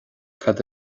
cad